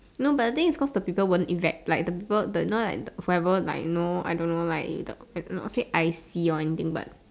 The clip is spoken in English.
no but the thing is cause the people won't like the people you know like forever like you know I don't know not say icy anything but